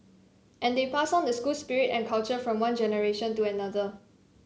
and they pass on the school spirit and culture from one generation to another